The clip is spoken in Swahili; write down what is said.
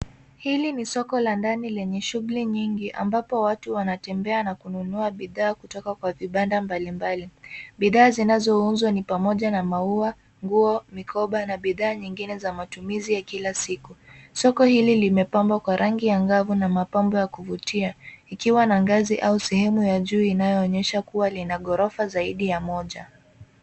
Hili ni soko la ndani lenye shughuli nyingi ambapo watu wanatembea na kununua bidhaa kutoka kwa vibanda mbalimbali. Bidhaa zinazouzwa ni pamoja na maua, nguo, mikoba na bidhaa nyingine za matumizi ya kila siku . Soko hili limepambwa kwa rangi angavu na mapambo ya kuvutia ikiwa na ngazi au sehemu ya juu inayoonyesha kuwa lina ghorofa zaidi ya moja.